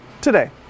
today